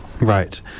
right